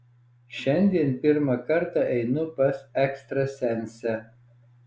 šiandien pirmą kartą einu pas ekstrasensę